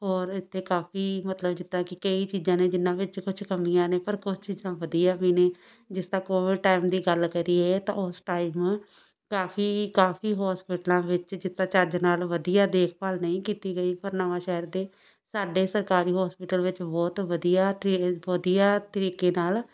ਔਰ ਇੱਥੇ ਕਾਫੀ ਮਤਲਬ ਜਿੱਦਾਂ ਕਿ ਕਈ ਚੀਜ਼ਾਂ ਨੇ ਜਿਹਨਾਂ ਵਿੱਚ ਕੁਛ ਕਮੀਆਂ ਨੇ ਪਰ ਕੁਛ ਚੀਜਾਂ ਵਧੀਆ ਵੀ ਨੇ ਜਿਸ ਦਾ ਕੋਵਿਡ ਟਾਈਮ ਦੀ ਗੱਲ ਕਰੀਏ ਤਾਂ ਉਸ ਟਾਈਮ ਕਾਫੀ ਕਾਫੀ ਹੋਸਪਿਟਲਾਂ ਵਿੱਚ ਜਿੱਦਾਂ ਚੱਜ ਨਾਲ ਵਧੀਆ ਦੇਖਭਾਲ ਨਹੀਂ ਕੀਤੀ ਗਈ ਪਰ ਨਵਾਂ ਸ਼ਹਿਰ ਦੇ ਸਾਡੇ ਸਰਕਾਰੀ ਹੋਸਪਿਟਲ ਵਿੱਚ ਬਹੁਤ ਵਧੀਆ ਟਰੇ ਵਧੀਆ ਤਰੀਕੇ ਨਾਲ